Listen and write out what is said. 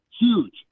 Huge